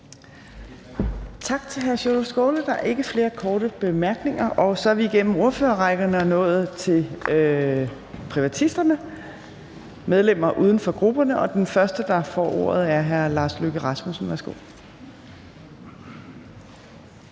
Tak til hr. Sjúrður Skaale. Der er ikke flere korte bemærkninger. Så er vi igennem ordførerrækken og er nået til privatisterne, medlemmer uden for grupperne, og den første, der får ordet, er hr. Lars Løkke Rasmussen. Værsgo.